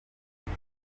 ati